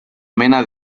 mena